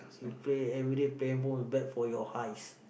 if you play everyday play handphone is bad for your eyes